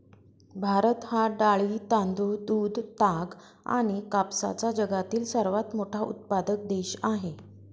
भारत हा डाळी, तांदूळ, दूध, ताग आणि कापसाचा जगातील सर्वात मोठा उत्पादक देश आहे